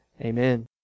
Amen